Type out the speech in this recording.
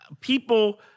people